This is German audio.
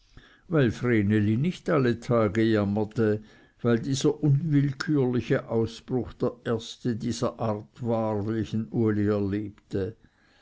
weil vreneli nicht alle tage jammerte weil dieser unwillkürliche ausbruch der erste dieser art war welchen uli erlebte